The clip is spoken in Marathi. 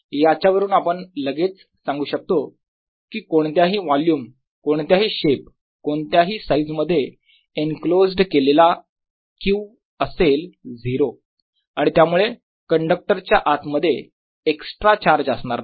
याच्यावरून आपण लगेच सांगू शकतो की कोणत्याही वोल्युम कोणत्याही शेप कोणत्याही साईज मध्ये एनक्लोज्ड केलेला q असेल 0 आणि त्यामुळे कंडक्टर च्या आत मध्ये एक्स्ट्रा चार्ज असणार नाही